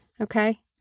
Okay